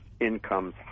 incomes